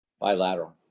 Bilateral